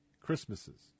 Christmases